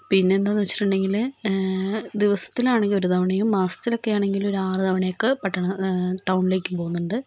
പിന്നെന്താന്ന് വച്ചിട്ടുണ്ടെങ്കില് ദിവസത്തിലാണെങ്കിൽ ഒരു തവണയും മാസത്തിലൊക്കെയാണെങ്കിൽ ഒരു ആറ് തവണയൊക്കെ പട്ടണ ടൗണിലേക്ക് പോകുന്നുണ്ട്